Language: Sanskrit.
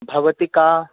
भवती का